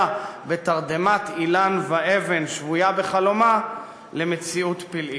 "בתרדמת אילן ואבן שבויה בחלומה" למציאות פלאית.